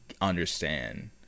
understand